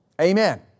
Amen